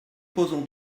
posons